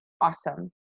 awesome